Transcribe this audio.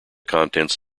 contents